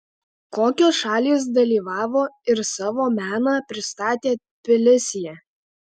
kokios šalys dalyvavo ir savo meną pristatė tbilisyje